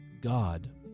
God